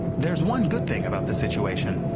there's one good thing about the situation.